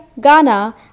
Ghana